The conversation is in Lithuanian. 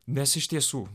nes iš tiesų